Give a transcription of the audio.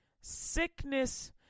Sickness